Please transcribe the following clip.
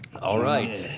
all right,